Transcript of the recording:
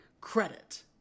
credit